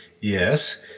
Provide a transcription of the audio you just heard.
yes